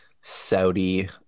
Saudi